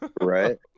Right